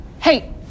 Hey